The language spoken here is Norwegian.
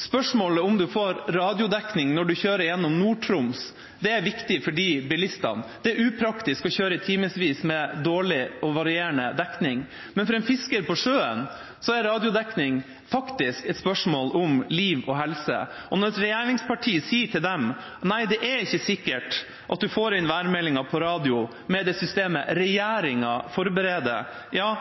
Spørsmålet om en får radiodekning når en kjører gjennom Nord-Troms, er viktig for de bilistene. Det er upraktisk å kjøre timevis med dårlig og varierende dekning. For en fisker på sjøen er radiodekning faktisk et spørsmål om liv og helse. Når et regjeringsparti sier til dem at nei, det er ikke sikkert at du får inn værmeldingen på radio med det systemet regjeringa forbereder – ja,